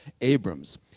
Abrams